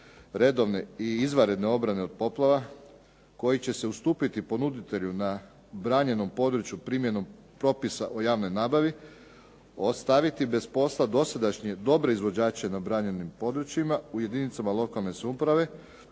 redovne i izvanredne obrane od poplava koji će se ustupiti ponuditelju na branjenom području primjenom propisa o javnoj nabavi, ostaviti bez posla dosadašnje dobre izvođače na branjenim područjima u jedinicama lokalne samouprave,